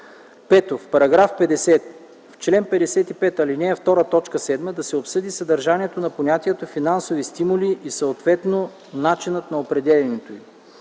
Пето, в § 50, в чл. 55, ал. 2, т. 7 да се обсъди съдържанието на понятието „финансови стимули” и съответно начинът на определянето им.